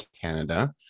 Canada